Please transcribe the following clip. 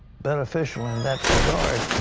beneficial in that regard.